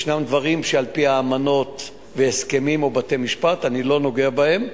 יש דברים שעל-פי אמנות והסכמים או בתי-משפט אני לא נוגע בהם.